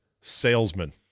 salesman